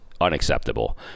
unacceptable